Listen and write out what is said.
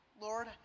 Lord